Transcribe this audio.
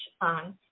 on